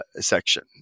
section